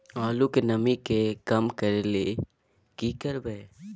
आलू के नमी के कम करय के लिये की करबै?